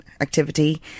activity